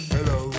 Hello